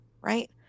right